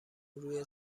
روی